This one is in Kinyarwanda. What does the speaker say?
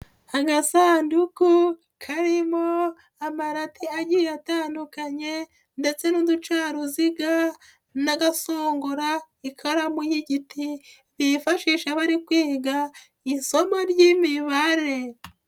Agasanduku karimo amarati agiye atandukanye ndetse n'uducaruziga n'agasongora ikaramu y'igiti bifashisha bari kwiga isomo ry'Imibare.